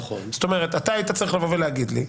זאת אומרת, אתה היית צריך לבוא ולהגיד לי,